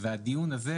והדיון הזה,